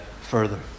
further